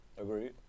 Agreed